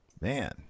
Man